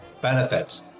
benefits